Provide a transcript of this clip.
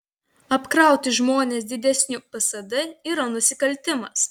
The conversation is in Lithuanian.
apkrauti žmones didesniu psd yra nusikaltimas